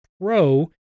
Pro